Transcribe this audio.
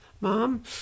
Mom